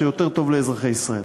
שהוא יותר טוב לאזרחי ישראל.